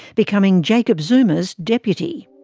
becoming jacob zuma's deputy.